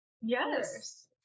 yes